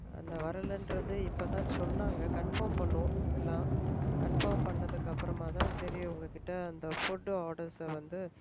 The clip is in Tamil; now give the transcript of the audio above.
அந்த வரலைன்றது இப்போதான் சொன்னாங்கள் கன்ஃபார்ம் பண்ணோம் எல்லாம் கன்ஃபார்ம் பண்ணதுக்கப்பறமாக தான் சரி உங்ககிட்ட அந்த ஃபுட் ஆடர்ஸை வந்து